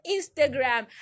Instagram